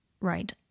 Right